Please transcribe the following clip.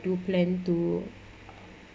do plan to